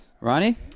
Ronnie